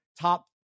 top